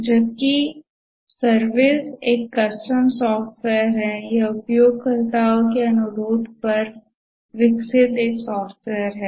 जबकि सर्विस एक custom software है यह उपयोगकर्ताओं के अनुरोध पर विकसित एक सॉफ्टवेयर है